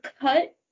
cut